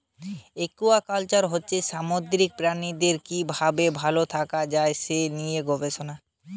aquaculture হচ্ছে সামুদ্রিক প্রাণীদের কি ভাবে ভাল থাকা যায় সে লিয়ে গবেষণা